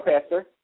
Pastor